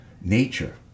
nature